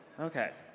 okay.